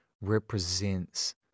represents